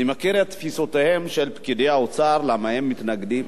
אני מכיר את תפיסותיהם של פקידי האוצר ולמה הם מתנגדים.